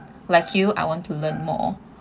like you I want to learn more